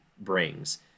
brings